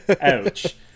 ouch